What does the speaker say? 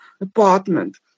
apartment